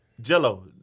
Jello